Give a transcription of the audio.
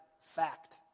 Fact